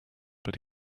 but